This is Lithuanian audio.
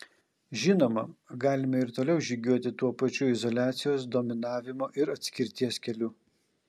žinoma galime ir toliau žygiuoti tuo pačiu izoliacijos dominavimo ir atskirties keliu